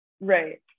right